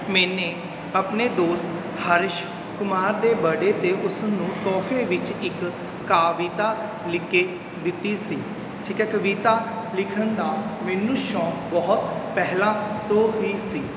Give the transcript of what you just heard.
ਮੈਨੇ ਆਪਣੇ ਦੋਸਤ ਹਾਰਿਸ਼ ਕੁਮਾਰ ਦੇ ਬਰਡੇ 'ਤੇ ਉਸ ਨੂੰ ਤੋਹਫ਼ੇ ਵਿੱਚ ਇੱਕ ਕਵਿਤਾ ਲਿਖ ਕੇ ਦਿੱਤੀ ਸੀ ਠੀਕ ਹੈ ਕਵਿਤਾ ਲਿਖਣ ਦਾ ਮੈਨੂੰ ਸ਼ੌਂਕ ਬਹੁਤ ਪਹਿਲਾਂ ਤੋਂ ਹੀ ਸੀ